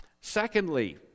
Secondly